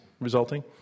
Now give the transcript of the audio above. resulting